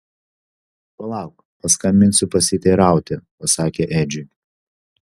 palauk paskambinsiu pasiteirauti pasakė edžiui